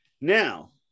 Now